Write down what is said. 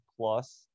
plus